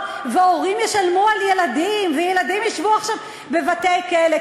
והורים ישלמו על ילדים וילדים ישבו עכשיו בבתי-כלא.